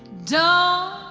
don't